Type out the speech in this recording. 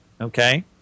Okay